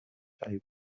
table